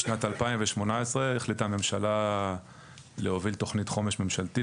בשנת 2018 החליטה הממשלה להוביל תכנית חומש ממשלתית